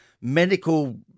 medical